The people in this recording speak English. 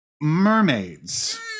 mermaids